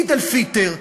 עיד אל-פיטר,